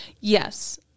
Yes